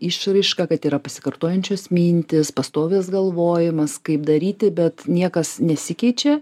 išraišką kad yra pasikartojančios mintys pastovis galvojimas kaip daryti bet niekas nesikeičia